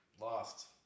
Lost